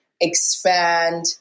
expand